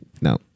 No